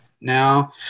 now